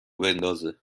بندازه